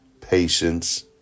patience